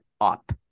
up